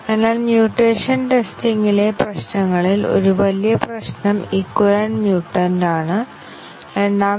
അതിനാൽ ഇവിടെ ഓരോ സ്റ്റേറ്റ്മെൻറ്നും ഞങ്ങൾ രണ്ട് സെറ്റുകൾ നിർവ്വചിക്കുന്നു